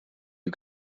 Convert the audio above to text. you